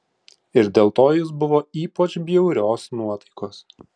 ir dėl to jis buvo ypač bjaurios nuotaikos